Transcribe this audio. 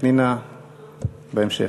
פנינה בהמשך.